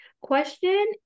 question